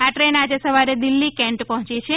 આ ટ્રેન આજે સવારે દિલ્હી કેન્ટ પહોચી છે